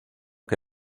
que